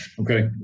Okay